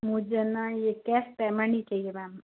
मुझे न यह कैस पेमेंट ही चाहिए मैम